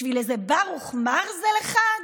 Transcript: בשביל איזה ברוך מרזל אחד?